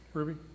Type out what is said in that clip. Ruby